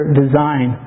design